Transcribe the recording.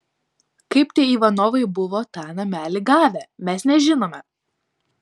kaip tie ivanovai buvo tą namelį gavę mes nežinome